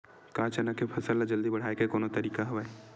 का चना के फसल ल जल्दी बढ़ाये के कोनो तरीका हवय?